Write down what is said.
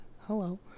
hello